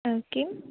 okay